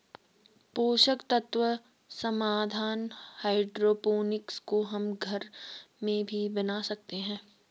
पोषक तत्व समाधान हाइड्रोपोनिक्स को हम घर में भी बना सकते हैं